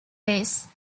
days